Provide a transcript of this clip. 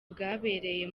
bwabereye